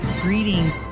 Greetings